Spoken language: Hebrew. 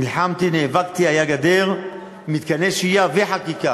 נלחמתי, נאבקתי, היו גדר, מתקני שהייה וחקיקה.